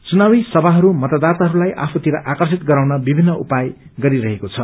चुनावी सभाहरूमा मतदाताहरूलाई आफूतिर आकर्षित गराउन विभिन्न उपाय गरिरहेको छ